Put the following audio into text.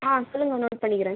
ஆ சொல்லுங்கள் நோட் பண்ணிக்கிறேன்